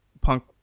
punk